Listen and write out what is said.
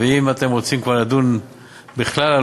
ואם אתם רוצים כבר לדון בכלל על